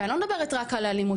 ואני לא מדברת רק על האלימות,